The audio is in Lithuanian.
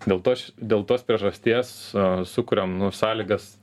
dėl to aš dėl tos priežasties sukuriam nu sąlygas